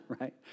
Right